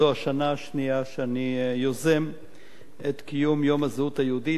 זו השנה השנייה שאני יוזם את קיום יום הזהות היהודית.